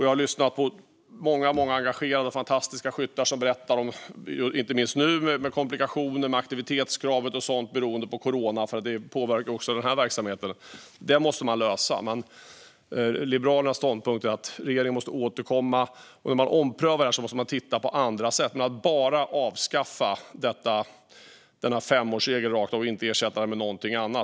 Jag har lyssnat på många engagerade och fantastiska skyttar som berättar om komplikationer i fråga om aktivitetskravet och så vidare beroende på corona. Det påverkar också den här verksamheten. Det måste lösas. Liberalernas ståndpunkt är att regeringen måste återkomma i frågan. Man måste titta på andra sätt än att bara avskaffa femårsregeln rakt av utan att ersätta den med något annat.